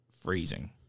freezing